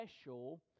special